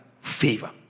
favor